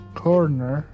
corner